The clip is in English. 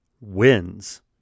wins